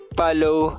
follow